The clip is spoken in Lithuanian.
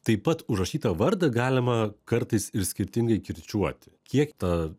taip pat užrašytą vardą galima kartais ir skirtingai kirčiuoti kiek tą